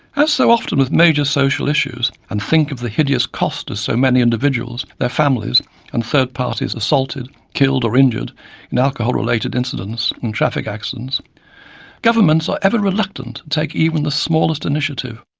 as so often with major social issues and think of the hideous costs to so many individuals, their families and third parties assaulted, killed or injured in alcohol-related incidents and traffic accidents governments are ever-reluctant to take even the smallest initiative.